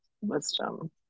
Wisdom